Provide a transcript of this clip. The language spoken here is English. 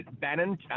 Bannon